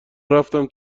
رفتم